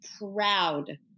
proud